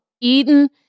Eden